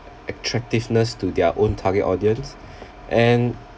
attractiveness to their own target audience and